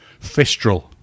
Fistral